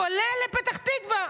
כולל לפתח תקווה,